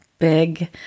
big